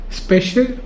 special